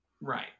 right